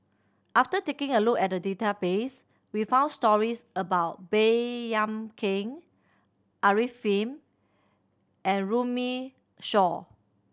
after taking a look at the database we found stories about Baey Yam Keng Arifin and Runme Shaw